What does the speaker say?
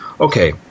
okay